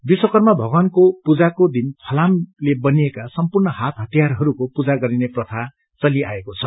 विश्वकर्म भगवानको पूजाको दिन फलामले बनिएका सम्पूर्ण हात हतियारहरूको पूजा गरिने प्रथा चलिआएको छ